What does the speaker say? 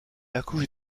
accouche